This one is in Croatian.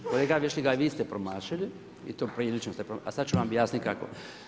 Kolega Vešligaj, vi ste promašili i to prilično ste, a sad ću vam objasniti kako.